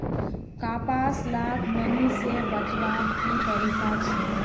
कपास लाक नमी से बचवार की तरीका छे?